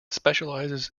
specializes